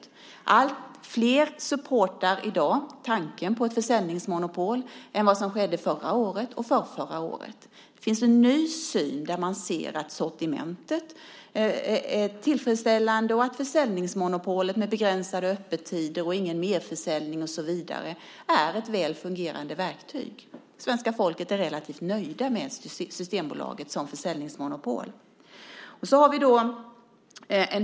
I dag är det alltfler som supportar tanken på ett försäljningsmonopol än det var förra året och förrförra året. Det finns en ny syn; man ser att sortimentet är tillfredsställande och att försäljningsmonopolet med begränsade öppettider, ingen merförsäljning och så vidare är ett väl fungerande verktyg. Svenska folket är relativt nöjt med Systembolaget som försäljningsmonopol.